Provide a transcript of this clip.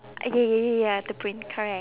uh ya ya ya ya to print correct